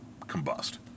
combust